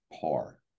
par